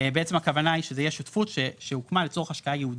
בעצם הכוונה היא שזה תהיה שותפות שהוקמה לצורך השקעה ייעודית,